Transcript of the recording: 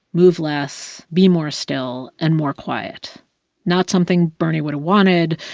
move less, be more still and more quiet not something bernie would've wanted,